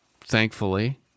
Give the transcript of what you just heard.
thankfully